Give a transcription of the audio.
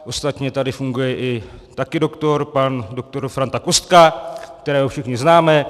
Ostatně tady funguje také doktor, pan doktor Franta Kostka, kterého všichni známe.